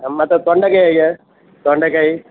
ಮತ್ತು ತೊಂಡೆಕಾಯಿ ಹೇಗೆ ತೊಂಡೆಕಾಯಿ